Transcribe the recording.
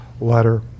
letter